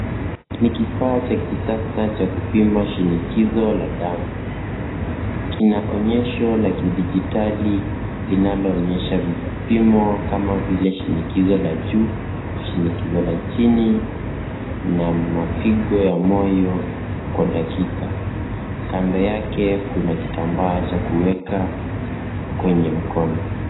Ni kifaa cha kisasa cha kupima shinikizo la damu . Kina onyesho la kidijitali linaloonyesha vipimo kama vile shinikizo la juu, shinikizo la chini na mapigo ya moyo kwa dakika. Kando yake kuna kitambaa cha kuweka kwenye mkono.